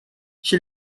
she